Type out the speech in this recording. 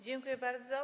Dziękuję bardzo.